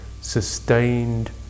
sustained